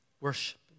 worship